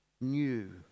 new